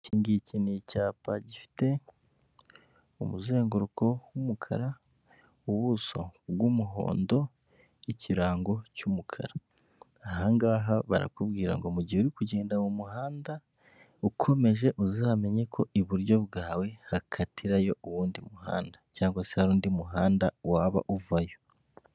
Iki ngiki ni icyapa gifite umuzenguruko w'umukara, ubuso bw'umuhondo, ikirango cy'umukara, aha ngaha barakubwira ngo mu gihe uri kugenda mu muhanda ukomeje uzamenye ko iburyo bwawe hakatirayo uwundi muhanda cyangwa se hari undi muhanda waba uvayo.